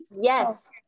yes